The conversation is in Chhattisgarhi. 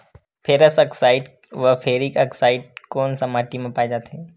फेरस आकसाईड व फेरिक आकसाईड कोन सा माटी म पाय जाथे?